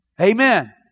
Amen